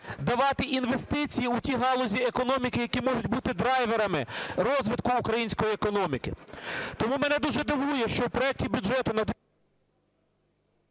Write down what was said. давати інвестиції у ті галузі економіки, які можуть бути драйверами розвитку української економіки. Тому мене дуже дивує, що в проекті бюджету на…